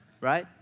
right